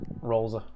rolls